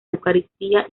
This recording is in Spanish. eucaristía